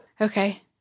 Okay